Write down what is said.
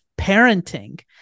parenting